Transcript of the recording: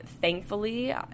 thankfully